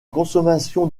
consommation